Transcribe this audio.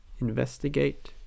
investigate